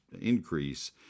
increase